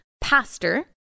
pastor